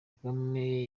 kagame